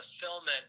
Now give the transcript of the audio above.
fulfillment